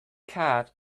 cat